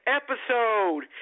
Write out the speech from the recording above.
episode